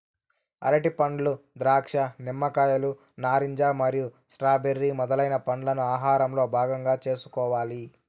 అరటిపండ్లు, ద్రాక్ష, నిమ్మకాయలు, నారింజ మరియు స్ట్రాబెర్రీ మొదలైన పండ్లను ఆహారంలో భాగం చేసుకోవాలి